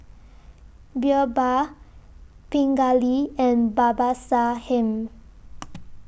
Birbal Pingali and Babasaheb